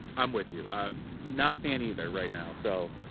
i'm with you, i'm not a fan either right now, so.